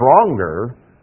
stronger